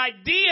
idea